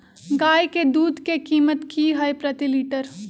गाय के दूध के कीमत की हई प्रति लिटर?